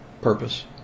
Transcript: purpose